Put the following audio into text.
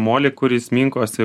molį kuris minkosi